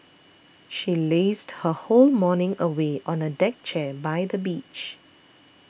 she lazed her whole morning away on a deck chair by the beach